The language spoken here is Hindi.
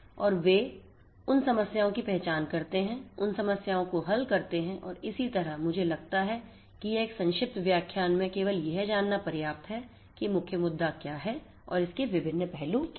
और वे उन समस्याओं की पहचान करते हैं उन समस्याओं को हल करते हैं और इसी तरह लेकिन मुझे लगता है कि यह एक संक्षिप्त व्याख्यान में केवल यह जानना पर्याप्त है कि मुख्य मुद्दा क्या है और इसके विभिन्न पहलू क्या हैं